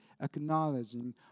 acknowledging